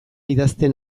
idazten